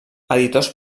editors